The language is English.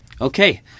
okay